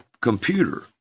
computer